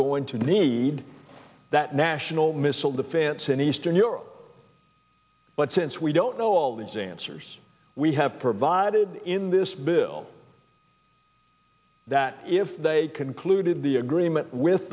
going to need that national missile defense in eastern europe but since we don't know all these answers we have provided in this bill that if they they concluded the agreement with